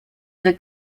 the